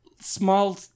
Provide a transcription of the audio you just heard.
small